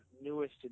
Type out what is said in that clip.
newest